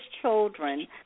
children